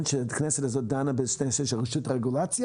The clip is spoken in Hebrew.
שהכנסת הזאת דנה בשני נושאים של רשות רגולציה.